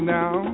now